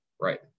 Right